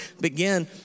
begin